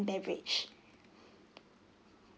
beverage